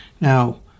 Now